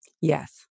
Yes